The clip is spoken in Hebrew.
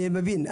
אני מבין,